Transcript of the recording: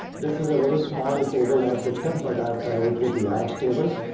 this is a very small table i've picked up, but i've tried it with large tables.